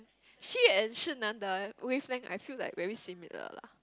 she and Shi-nan the wavelength I feel like very similar lah